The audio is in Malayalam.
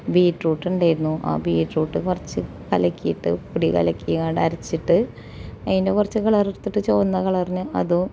ബീട്രൂട്ട് ഉണ്ടായിരുന്നു ആ ബീട്രൂട്ട് കുറച്ച് കലക്കിയിട്ട് പൊടി കലക്കിയങ്ങടരച്ചിട്ട് അതിന്റെ കുറച്ച് കളറെടുത്തിട്ട് ചുവന്ന കളറിന് അത്